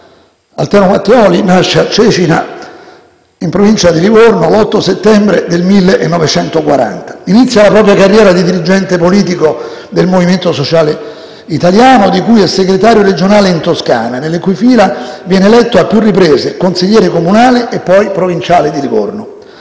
Altero Matteoli nasce a Cecina, in Provincia di Livorno, l'8 settembre del 1940. Egli inizia la propria carriera di dirigente politico del Movimento Sociale Italiano, di cui è segretario regionale in Toscana, nelle cui fila viene eletto a più riprese consigliere comunale e poi provinciale di Livorno.